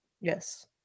yes